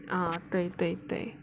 uh 对对对